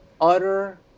utter